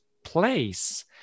place